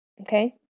okay